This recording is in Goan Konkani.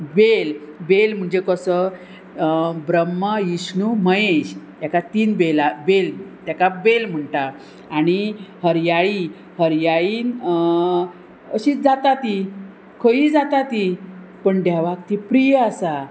बेल म्हणजे कसो ब्रह्म इश्णू महेश हेका तीन बेला बेल तेका बेल म्हणटा आनी हरयाळी हरयाळीन अशीत जाता ती खंयीय जाता ती पण देवाक ती प्रिय आसा